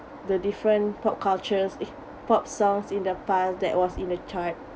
the different pop cultures eh pop songs in the past that was in the chart